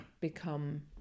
become